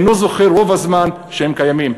אינו זוכר רוב הזמן שהם קיימים.